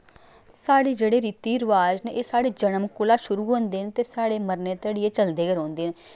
साढ़े जेह्ड़े रीति रवाज न एह् साढ़े जन्म कोला शुरू होंदे न ते साढ़े मरने धोड़ी एह् चलदे गै रौंह्दे न